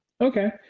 Okay